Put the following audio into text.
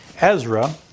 Ezra